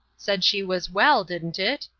said she was well, didn't it?